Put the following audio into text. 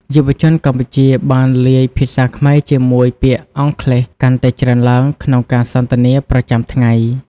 យុវជនកម្ពុជាបានលាយភាសាខ្មែរជាមួយពាក្យអង់គ្លេសកាន់តែច្រើនឡើងក្នុងការសន្ទនាប្រចាំថ្ងៃ។